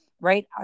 right